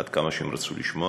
עד כמה שהם רצו לשמוע,